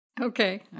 Okay